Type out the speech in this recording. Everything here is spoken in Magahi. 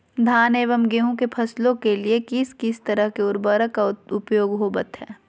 धान एवं गेहूं के फसलों के लिए किस किस तरह के उर्वरक का उपयोग होवत है?